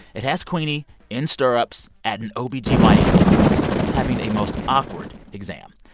it has queenie in stirrups at an ob-gyn's office having a most awkward exam.